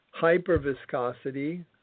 hyperviscosity